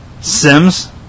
Sims